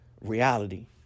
reality